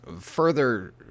further